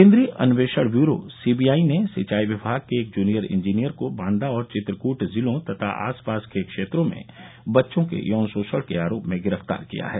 केन्द्रीय अन्वेषण bureau CBI ने सिंचाई विभाग के एक जूनियर इंजीनियर को बांदा और चित्रकूट जिलों तथा आस पास के क्षेत्रों में बच्चों के यौन शोषण के आरोप में गिरफ्तार किया है